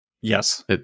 Yes